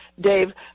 Dave